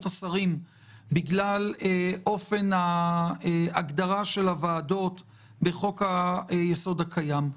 השרים בגלל אופן ההגדרה של הוועדות בחוק-היסוד הקיים.